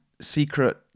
secret